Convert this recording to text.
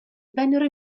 vennero